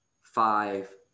five